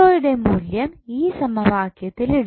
യുടെ മൂല്യം ഈ സമവാക്യത്തിൽ ഇടാം